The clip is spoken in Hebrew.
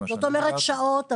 זאת אומרת, שעות.